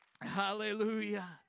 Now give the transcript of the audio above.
Hallelujah